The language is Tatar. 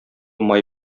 май